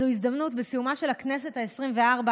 בסיומה של הכנסת העשרים-וארבע